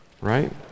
right